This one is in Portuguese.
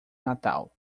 natal